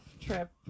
trip